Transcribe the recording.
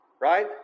right